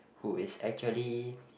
who is actually